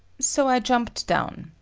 so i jumped down.